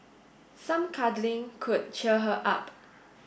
some cuddling could cheer her up